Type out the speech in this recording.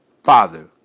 Father